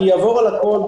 אעבור על הכול,